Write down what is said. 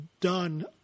done